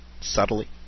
Subtly